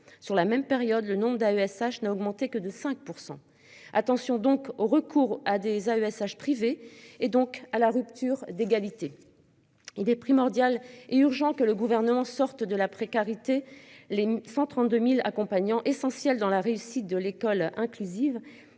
sur la même période, le nombre d'AESH n'a augmenté que de 5%. Attention donc au recours à des AESH privés et donc à la rupture d'égalité. Il est primordial et urgent que le gouvernement, sorte de la précarité. Les 132.000 accompagnants essentiel dans la réussite de l'école inclusive